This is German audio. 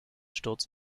sturz